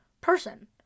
person